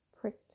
pricked